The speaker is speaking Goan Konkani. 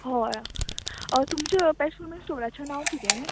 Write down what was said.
हय तुमचें पेट ग्रुमींग स्टोराचें नांव किदें